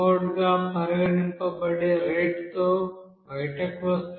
గా పరిగణించబడే రేటుతో బయటకు వస్తోంది